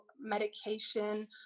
medication